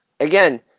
Again